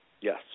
Yes